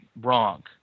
wrong